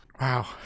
wow